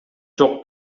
жок